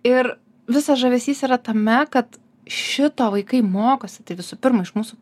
ir visas žavesys yra tame kad šito vaikai mokosi tai visų pirma iš mūsų